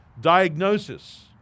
diagnosis